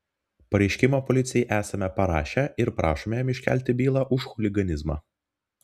pareiškimą policijai esame parašę ir prašome jam iškelti bylą už chuliganizmą